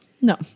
No